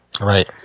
Right